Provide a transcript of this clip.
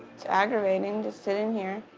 it's aggravating to sit in here.